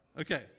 Okay